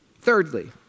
Thirdly